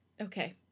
Okay